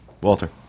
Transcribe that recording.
Walter